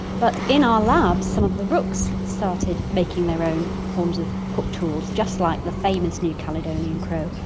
but in our labs some of the rooks started making their own forms of hook tools, just like the famous new caledonian crow,